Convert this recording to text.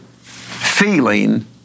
feeling